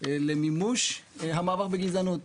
למימוש המאבק בגזענות.